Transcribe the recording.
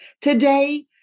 Today